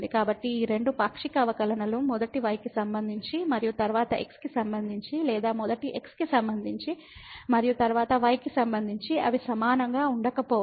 కాబట్టి ఈ రెండు పాక్షిక అవకలనలు మొదట y కి సంబంధించి మరియు తరువాత x కి సంబంధించి లేదా మొదట x కి సంబంధించి మరియు తరువాత y కి సంబంధించి అవి సమానంగా ఉండకపోవచ్చు